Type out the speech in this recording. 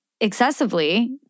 excessively